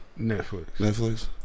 Netflix